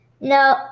No